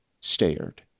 stared